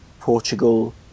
Portugal